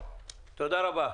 תודה רבה.